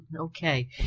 Okay